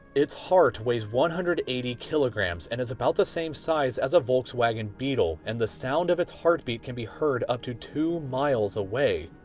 its heart weighs one hundred and eighty kilograms, and is about the same size as a volkswagen beetle, and the sound of its heartbeat can be heard up to two miles away.